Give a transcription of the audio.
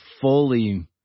fully